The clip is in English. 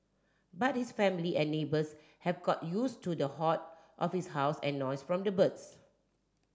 but his family and neighbours have got used to the hoard of his house and noise from the birds